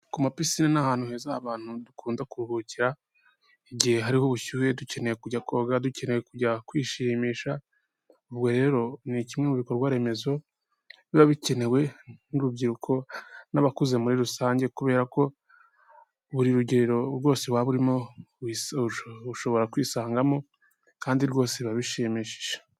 Ku mapisine ni ahantu heza abantu dukunda kuruhukira igihe hariho ubushyuhe dukeneye kujya koga, dukeneye kujya kwishimisha, ubwo rero ni kimwe mu bikorwa remezo biba bikenewe n'urubyiruko n'abakuze muri rusange kubera ko buri rugerero rwose waba urimo ushobora kwisangamo kandi rwose biba bishimishije.